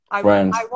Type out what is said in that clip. friends